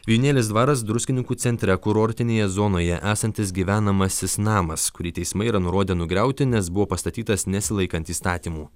vijūnėlės dvaras druskininkų centre kurortinėje zonoje esantis gyvenamasis namas kurį teismai yra nurodę nugriauti nes buvo pastatytas nesilaikant įstatymų